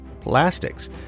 plastics